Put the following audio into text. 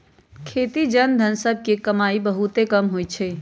खेती के जन सभ के कमाइ बहुते कम होइ छइ